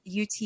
UT